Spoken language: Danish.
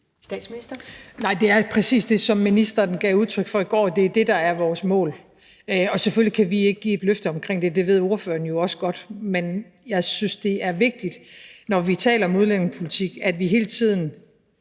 Frederiksen): Nej, det er jo præcis det, som ministeren gav udtryk for i går, der er vores mål, og selvfølgelig kan vi ikke give et løfte omkring det. Det ved ordføreren jo også godt. Men jeg synes, det er vigtigt, når vi taler om udlændingepolitik, at vi hele tiden